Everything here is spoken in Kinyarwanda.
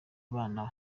abana